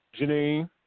Janine